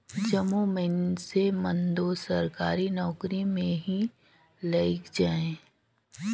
जम्मो मइनसे मन दो सरकारी नउकरी में नी लइग जाएं